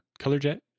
ColorJet